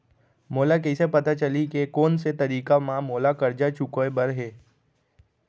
मोला कइसे पता चलही के कोन से तारीक म मोला करजा चुकोय बर हे?